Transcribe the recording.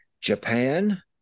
Japan